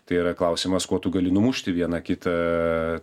tai yra klausimas kuo tu gali numušti vieną kitą